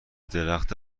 درخت